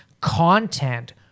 content